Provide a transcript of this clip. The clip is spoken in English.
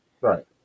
right